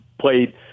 played